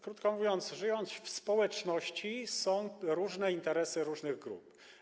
Krótko mówiąc, w społeczności są różne interesy różnych grup.